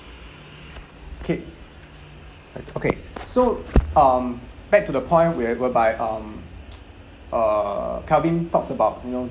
okay uh okay so um back to the point where whereby um uh calvin talks about you know